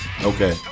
Okay